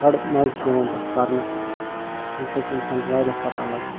بڑٕ مزٕ چھُ یِوان تتھ پرنس تمہِ سۭتۍ چھ انسانس وارِیاہ پتاہ لگان